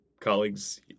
colleagues